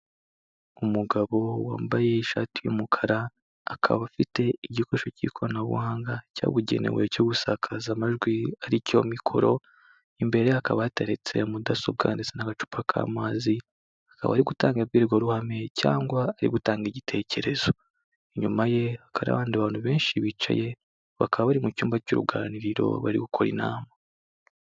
Umugabo wambaye ishati y'umukara, akaba afite igikoresho cy'ikoranabuhanga cyabugenewe cyo gusakaza amajwi ari cyo mikoro, imbere ye hakaba hateretse mudasobwa ndetse n'agacupa k'amazi, akaba ari gutanga imbwirwaruhame cyangwa ari gutanga igitekerezo, inyuma ye hakaba hariho abandi bantu benshi bicaye, bakaba bari mu cyumba cy'uruganiriro bari gukora inama.